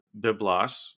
biblos